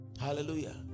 Hallelujah